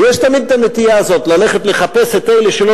ויש תמיד הנטייה הזאת ללכת לחפש את אלה שלא